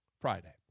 Friday